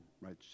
right